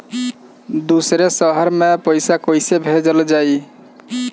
दूसरे शहर में पइसा कईसे भेजल जयी?